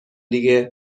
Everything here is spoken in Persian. دیگه